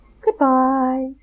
Goodbye